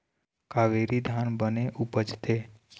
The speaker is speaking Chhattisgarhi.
कावेरी धान बने उपजथे?